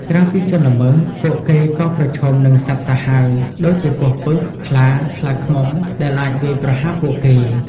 ក្រៅពីជនល្មើស ពួកគេក៏ប្រឈមនឹង សត្វសាហាវ ដូចជាពស់ពិស ខ្លា ខ្លាឃ្មុំ ដែលអាចវាយប្រហារពួកគេ។